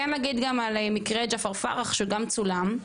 כן להגיד גם על מקרה ג'עפר פרח שכן צולם.